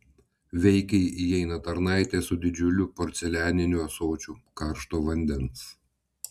veikiai įeina tarnaitė su didžiuliu porcelianiniu ąsočiu karšto vandens